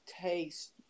taste